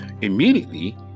immediately